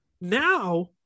now